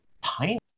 tiny